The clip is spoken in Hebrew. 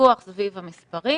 ויכוח סביב המספרים,